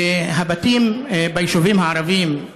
והבתים ביישובים הערביים,